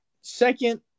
second